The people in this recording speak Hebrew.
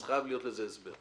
אז חייב להיות לזה הסבר.